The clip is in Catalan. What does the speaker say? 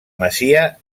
masia